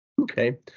Okay